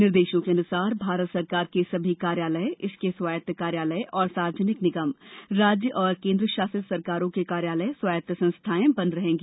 निर्देशों के अनुसार भारत सरकार के सभी कार्यालय इसके स्वायत्त कार्यालय और सार्वजनिक निगम राज्य और केन्द्र शासित सरकारों के कार्यालय स्वायत्त संस्थाएं बंद रहेंगी